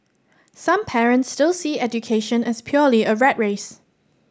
some parents still see education as purely a rat race